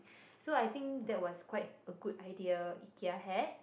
so I think that was quite a good idea Ikea had